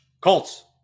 colts